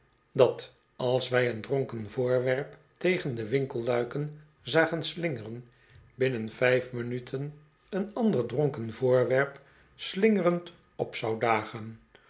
dat als wij een dronken voorwerp tegen de winkelluiken zagen slingeren binnen vijf minuten een ander dronken voorwerp slingerend op zou